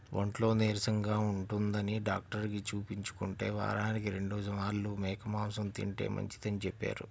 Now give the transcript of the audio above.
ఒంట్లో నీరసంగా ఉంటందని డాక్టరుకి చూపించుకుంటే, వారానికి రెండు మార్లు మేక మాంసం తింటే మంచిదని చెప్పారు